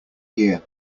year